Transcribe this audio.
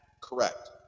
correct